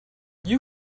you